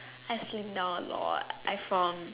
I slimmed down a lot I from